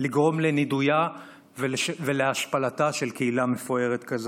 לגרום לנידויה ולהשפלתה של קהילה מפוארת כזאת.